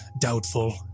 doubtful